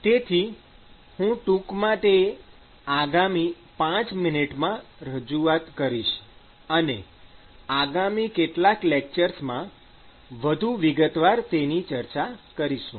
તેથી હું ટૂંકમાં તે માટે આગામી ૫ મિનિટમાં રજૂઆત કરીશ અને આગામી કેટલાક લેક્ચર્સમાં વધુ વિગતવાર તેની ચર્ચા કરીશું